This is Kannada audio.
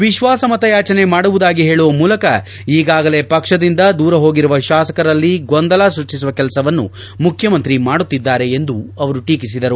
ವಿಶ್ವಾಸ ಮತಯಾಚನೆ ಮಾಡುವುದಾಗಿ ಹೇಳುವ ಮೂಲಕ ಈಗಾಗಲೇ ಪಕ್ಷದಿಂದ ದೂರ ಹೋಗಿರುವ ಶಾಸಕರಲ್ಲಿ ಗೊಂದಲ ಸೃಷ್ಠಿಸುವ ಕೆಲಸವನ್ನು ಮುಖ್ಯಮಂತ್ರಿ ಮಾಡುತ್ತಿದ್ದಾರೆ ಎಂದು ಅವರು ಟೀಕಿಸಿದರು